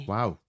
Wow